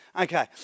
Okay